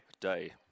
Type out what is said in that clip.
day